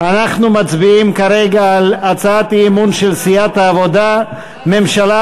אנחנו מצביעים כרגע על הצעת אי-אמון של סיעת העבודה: ממשלה